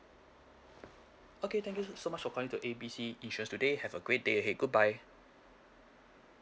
okay thank you so so much for calling to A B C insurance today have a great day ahead goodbye